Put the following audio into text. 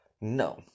No